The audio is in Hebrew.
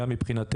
כחברת כנסת בכנסת